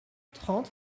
trente